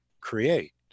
create